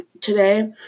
today